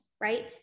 right